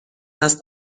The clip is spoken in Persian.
است